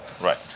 Right